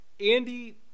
Andy